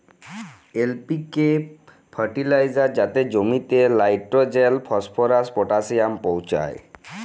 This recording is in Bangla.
এল.পি.কে ফার্টিলাইজার যাতে জমিতে লাইট্রোজেল, ফসফরাস, পটাশিয়াম পৌঁছায়